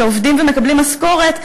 שעובדים ומקבלים משכורת,